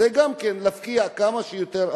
גם זה להפקיע כמה שיותר אדמות,